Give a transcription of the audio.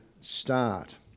start